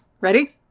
Ready